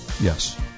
Yes